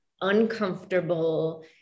uncomfortable